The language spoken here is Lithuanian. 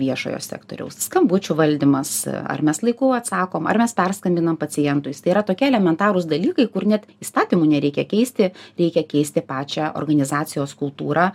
viešojo sektoriaus skambučių valdymas ar mes laiku atsakom ar mes perskambinam pacientui tai yra tokie elementarūs dalykai kur net įstatymų nereikia keisti reikia keisti pačią organizacijos kultūrą